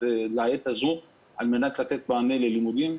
בעת הזאת כדי לתת מענה ללימודים.